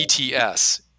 ets